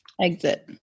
Exit